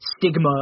stigma